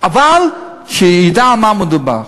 אבל שידע על מה מדובר.